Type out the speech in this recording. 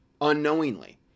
unknowingly